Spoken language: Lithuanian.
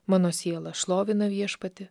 mano siela šlovina viešpatį